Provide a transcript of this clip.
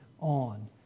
on